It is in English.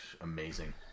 amazing